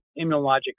immunologic